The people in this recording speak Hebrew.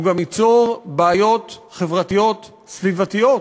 הוא גם ייצור בעיות חברתיות וסביבתיות,